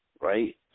right